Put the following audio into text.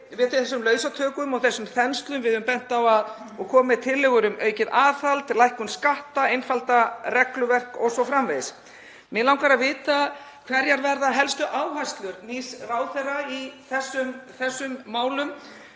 við þessum lausatökum og þessari þenslu. Við höfum komið með tillögur um aukið aðhald, lækkun skatta, einfaldað regluverk o.s.frv. Mig langar að vita hverjar verða helstu áherslur nýs ráðherra í þessum málum,